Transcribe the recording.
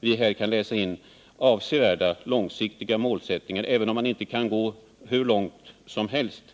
förslaget läsa in avsevärda långsiktiga målsättningar, även om man inte kan gå hur långt som helst.